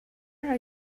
are